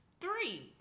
Three